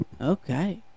Okay